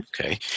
Okay